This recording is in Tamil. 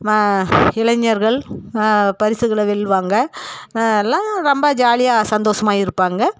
இளைஞர்கள் பரிசுகளை வெல்வாங்க எல்லாம் ரொம்ப ஜாலியாக சந்தோசமாக இருப்பாங்க